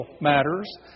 matters